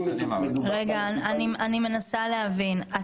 אני מנסה להבין,